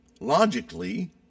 logically